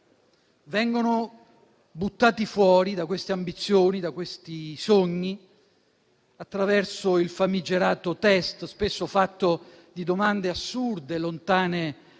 Vengono buttati fuori da ambizioni e sogni, attraverso il famigerato test, spesso fatto di domande assurde, lontane